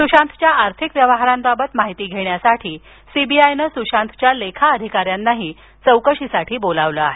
सुशांतच्या आर्थिक व्यवहारांबद्दल माहिती घेण्यासाठी सीबीआयनं सुशांतच्या लेखा अधिकाऱ्यांनाही चौकशीसाठी बोलवलं आहे